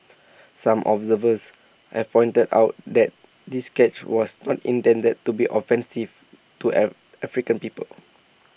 some observers have pointed out that this sketch was not intended to be offensive to air African people